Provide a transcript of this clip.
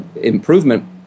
improvement